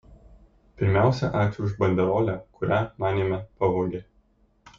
pirmiausia ačiū už banderolę kurią manėme pavogė